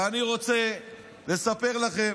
ואני רוצה לספר לכם,